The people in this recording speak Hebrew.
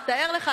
אז תאר לך,